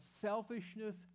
selfishness